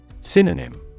Synonym